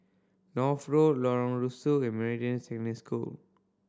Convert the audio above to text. North Road Lorong Rusu and Meridian School